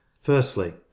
Firstly